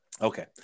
Okay